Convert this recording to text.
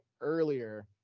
earlier